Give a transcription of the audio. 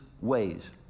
ways